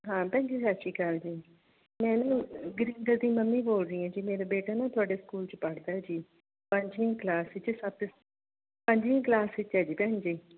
ਹਾਂ ਭੈਣ ਜੀ ਸਤਿ ਸ਼੍ਰੀ ਅਕਾਲ ਜੀ ਮੈਂ ਨਾ ਗੁਰਿੰਦਰ ਦੀ ਮੰਮੀ ਬੋਲ ਰਹੀ ਹਾਂ ਜੀ ਮੇਰਾ ਬੇਟਾ ਨਾ ਤੁਹਾਡੇ ਸਕੂਲ 'ਚ ਪੜ੍ਹਦਾ ਹੈ ਜੀ ਪੰਜਵੀਂ ਕਲਾਸ 'ਚ ਸਤ ਪੰਜਵੀਂ ਕਲਾਸ 'ਚ ਹੈ ਜੀ ਭੈਣ ਜੀ